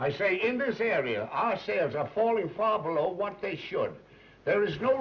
i say in this area ourselves are falling far below what they should there is no